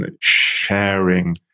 sharing